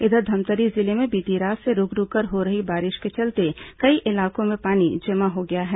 इधर धमतरी जिले में बीती रात से रूक रूककर हो रही बारिश के चलते कई इलाकों में पानी जमा हो गया है